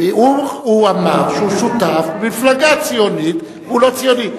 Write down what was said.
הוא אמר שהוא שותף למפלגה ציונית, והוא לא ציוני.